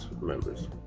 members